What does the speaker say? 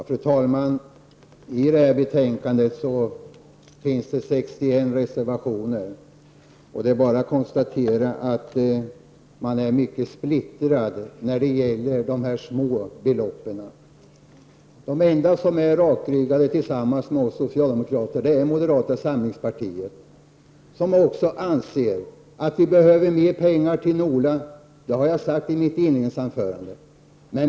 Fru talman! Till detta betänkande finns det 61 reservationer fogade. Det är bara att konstatera att utskottet är mycket splittrat när det gäller de små beloppen. Det enda parti som, förutom socialdemokraterna, är rakryggat är moderata samlingspartiet. Moderaterna anser också att vi behöver mer pengar till NOLA. Det har jag sagt i mitt inledningsanförande.